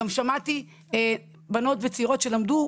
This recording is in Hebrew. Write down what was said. גם שמעתי בנות צעירות שלמדו,